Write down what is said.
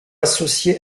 associée